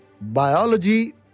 biology